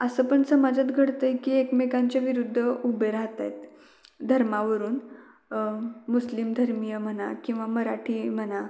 असं पण समाजात घडतं आहे की एकमेकांच्या विरुद्ध उभे राहत आहेत धर्मावरून मुस्लिम धर्मीय म्हणा किंवा मराठी म्हणा